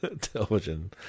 television